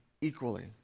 equally